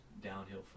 downhill